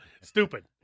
Stupid